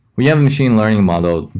we have a machine learning model,